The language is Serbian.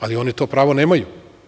Ali, oni to pravo nemaju.